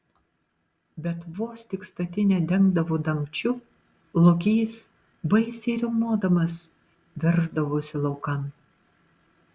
bet vos tik statinę dengdavo dangčiu lokys baisiai riaumodamas verždavosi laukan